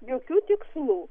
jokių tikslų